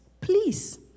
Please